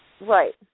Right